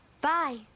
Bye